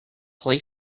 play